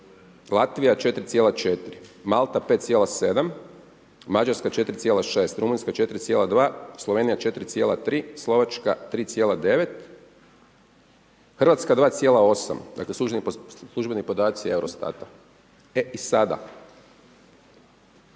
Latvija 4,4, Malta 5,7, Mađarska 4,6, Rumunjska 4,2, Slovenija 4,3, Slovačka 3,9, Hrvatska 2,8. Dakle službeni podaci EUROSTAT-a. E i sada,